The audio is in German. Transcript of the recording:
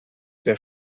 der